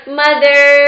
mother